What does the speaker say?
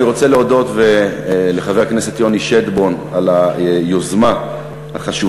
אני רוצה להודות לחבר הכנסת יוני שטבון על היוזמה החשובה,